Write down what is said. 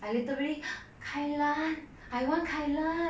I literary kai lan I want kai lan